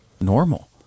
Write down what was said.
normal